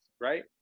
right